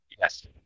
Yes